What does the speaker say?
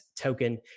token